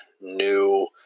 new